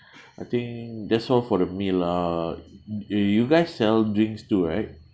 I think that's all for the meal uh you you guys sell drinks too right